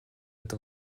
это